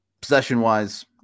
Possession-wise